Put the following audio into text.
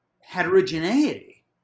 heterogeneity